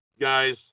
guys